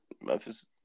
Memphis